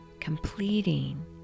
completing